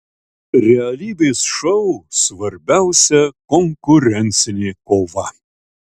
realybės šou svarbiausia konkurencinė kova